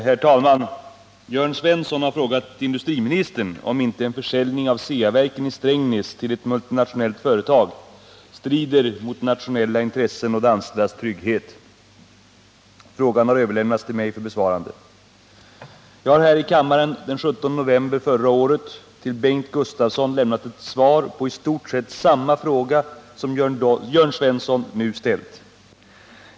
Herr talman! Jörn Svensson har frågat industriministern om inte en försäljning av Ceaverken i Strängnäs till ett multinationellt företag strider mot nationella intressen och de anställdas trygghet. Frågan har överlämnats till mig för besvarande. Jag har här i kammaren den 17 november förra året till Bengt Gustavsson lämnat svar på i stort sett samma fråga som Jörn Svensson nu ställt.